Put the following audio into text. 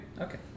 Okay